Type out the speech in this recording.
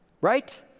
right